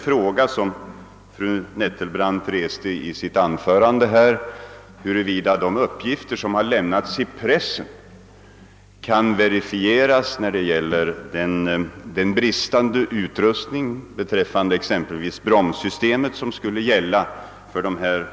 Fru Nettelbrandt frågar, om de uppgifter som lämnats i pressen rörande den bristande utrustningen, t.ex. då det gäller bromssystemet för ifrågavarande fordon, kan verifieras.